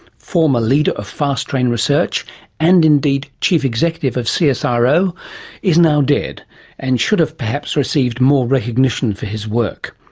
former leader of fast train research and indeed chief executive of so csiro is now dead and should have perhaps received more recognition for his work.